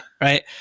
right